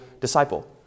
disciple